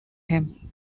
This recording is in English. him